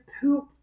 poop